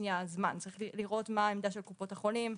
שנייה זמן, צריך לראות מה העמדה של קופות החולים.